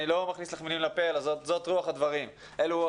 אני לא מכניס לך מילים לפה אלא רוח הדברים שאמרת.